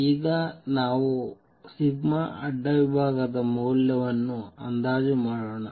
ಈಗ ನಾವು ಅಡ್ಡ ವಿಭಾಗದ ಮೌಲ್ಯವನ್ನು ಅಂದಾಜು ಮಾಡೋಣ